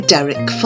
Derek